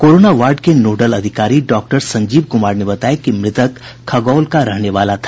corona ward के nodal अधिकारी doctor Sanjeev Kumar ने बताया कि मृतक खगौल का रहने वाला था